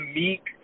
meek